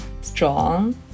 strong